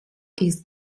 ist